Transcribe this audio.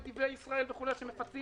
נתיבי ישראל וכולי מפצים